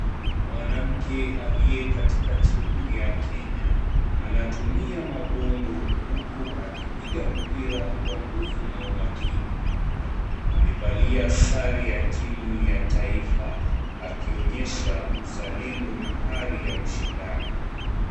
Mwanamke aliye katika tiku ya Kenya. Anatumia magongo huku akipiga mpira kwa nguvu na umakini. Amevalia sare ya timu ya taifa, akionyesha uzalendo na ari ya ushindani.